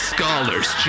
Scholar's